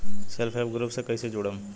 Self help group से कइसे जुड़म?